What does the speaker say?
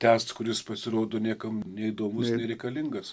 tęst kuris pasirodo niekam neįdomus nereikalingas